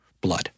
blood